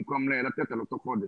במקום לתת על אותו חודש.